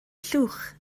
llwch